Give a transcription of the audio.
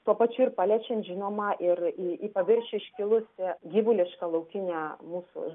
tuo pačiu ir paliečiant žinoma ir į paviršių iškilusią gyvulišką laukinę mūsų